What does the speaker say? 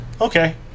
Okay